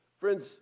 Friends